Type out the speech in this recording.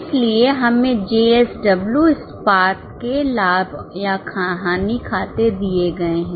इसलिए हमें JSW इस्पात के लाभ या हानि खाते दिए गए हैं